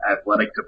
athletic